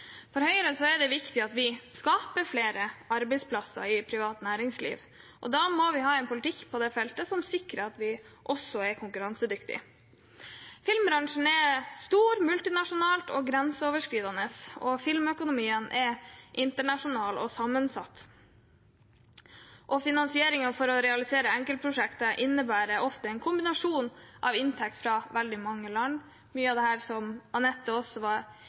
For Høyre er det viktig at vi skaper flere arbeidsplasser i privat næringsliv, og da må vi ha en politikk på dette feltet som sikrer at vi også er konkurransedyktige. Filmbransjen er stor, multinasjonal og grenseoverskridende. Filmøkonomien er internasjonal og sammensatt, og finansieringen for å realisere enkeltprosjekter innebærer ofte en kombinasjon av inntekter fra veldig mange land. Mye av dette som Anette Trettebergstuen var inne på i sitt innlegg, er også